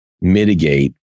mitigate